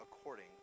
according